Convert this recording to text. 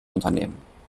unternehmen